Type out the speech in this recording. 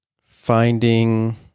finding